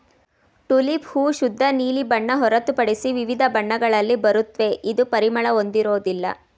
tulip ಹೂ ಶುದ್ಧ ನೀಲಿ ಬಣ್ಣ ಹೊರತುಪಡಿಸಿ ವಿವಿಧ ಬಣ್ಣಗಳಲ್ಲಿ ಬರುತ್ವೆ ಇದು ಪರಿಮಳ ಹೊಂದಿರೋದಿಲ್ಲ